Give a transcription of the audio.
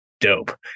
dope